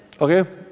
Okay